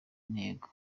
intego